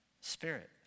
Spirit